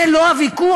זה לא הוויכוח,